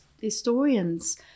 historians